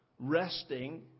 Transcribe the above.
resting